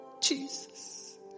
Jesus